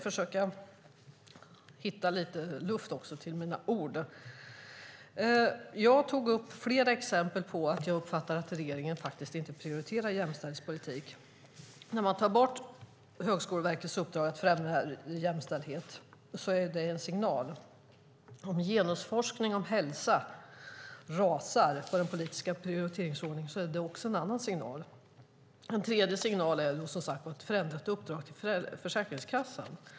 Fru talman! Jag gav flera exempel på att jag inte tycker att regeringen prioriterar jämställdhetspolitik. När man tar bort Högskoleverkets uppdrag att främja jämställdhet är det en signal. Om genusforskning och hälsa rasar i den politiska prioriteringsordningen är det också en signal. En tredje signal är, som sagt, ett förändrat uppdrag till Försäkringskassan.